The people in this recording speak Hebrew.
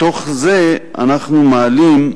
בתוך זה אנחנו מעלים,